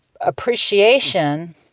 appreciation